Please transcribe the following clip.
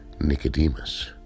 Nicodemus